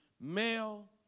male